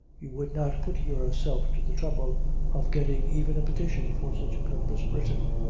you would not put yourself to the trouble of getting even a petition for such a purpose written.